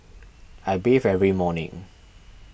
I bathe every morning